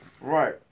Right